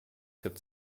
gibt